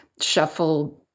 shuffle